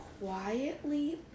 quietly